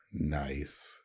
Nice